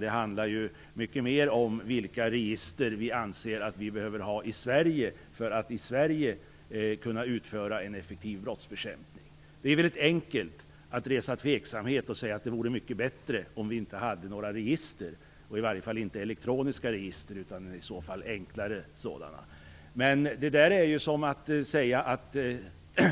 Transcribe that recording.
Det handlar mycket mer om vilka register vi anser att vi behöver ha i Sverige för att kunna utföra en effektiv brottsbekämpning. Det är väldigt enkelt att resa tveksamhet och säga att det vore mycket bättre om vi inte hade några register, i alla fall inga elektroniska register utan i så fall enklare sådana.